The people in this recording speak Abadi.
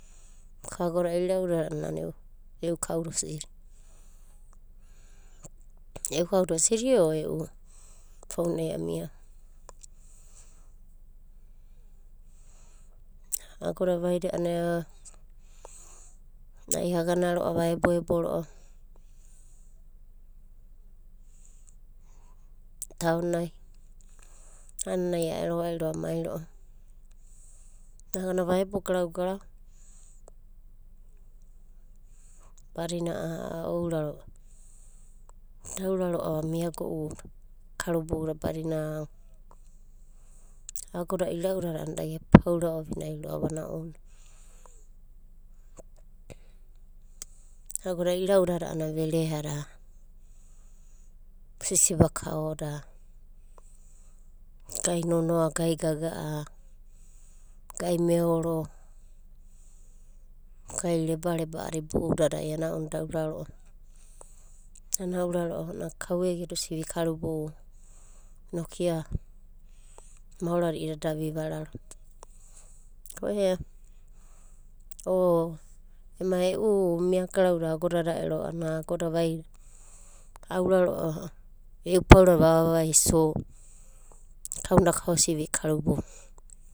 Agoda ira'udada a'ana e'u kauda osidi o e'u founai amiava. Agoda vaida a'anai agana aeboebo ro'ava taonai a'ananai a ero va'iro amai ro'ava. Nanan vaebo garau garau, badina a'a auorarova a'adina daura ro'ava miago'u karubouda badina agoda ira'udada a'ana da gepaura ovinai ro'ava a'ana ounanai. Agoda ira'udada a'ana vereada, sisiba kaoda gai nonoa, gai gaga'a, gai meoro gai rebareba a'ada boudadai ounanai da aura ro'ava. Nana aura ro'ava a'ana kau egeda osi vikarubou inoku ia maorada i'ida da isa vararo ko ea ema e'u miagararuda agodada ero aura ro'ava e'u paurada kauna daka osi vikarubou.